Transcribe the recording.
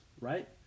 right